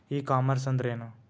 E commerce ಅಂದ್ರೇನು?